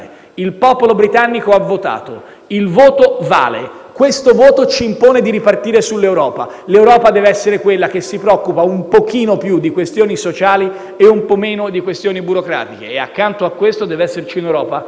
Il popolo britannico ha votato. Il voto vale, e questo voto ci impone di ripartire sull'Europa. L'Europa deve essere quella che si preoccupa un po' più di questioni sociali e un po' meno di questioni burocratiche. E accanto a questo deve esserci un'Europa